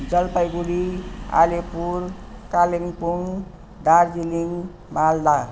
Jalpaiguri Alipur Kalimpong Darjeeling Malda